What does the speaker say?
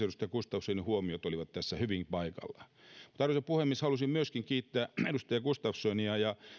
edustaja gustafssonin huomiot olivat tässä hyvin paikallaan arvoisa puhemies halusin kiittää edustaja gustafssonia ja